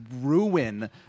ruin